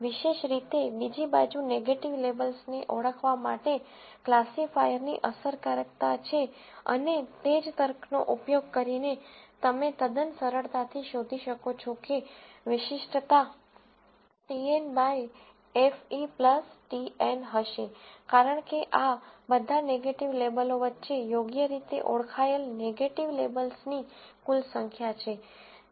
વિશેષ રીતે બીજી બાજુ નેગેટીવ લેબલ્સને ઓળખવા માટે ક્લાસિફાયરની અસરકારકતા છે અને તે જ તર્કનો ઉપયોગ કરીને તમે તદ્દન સરળતાથી શોધી શકો છો કે વિશિષ્ટતા ટીએન બાય એફઇ ટીએન હશે કારણ કે આ બધા નેગેટીવ લેબલો વચ્ચે યોગ્ય રીતે ઓળખાયેલ નેગેટીવ લેબલ્સની કુલ સંખ્યા છે